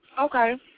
Okay